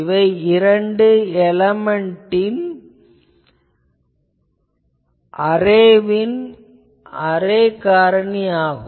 இவை இரண்டு எலேமென்ட் அரேவின் அரே காரணி ஆகும்